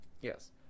Yes